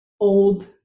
old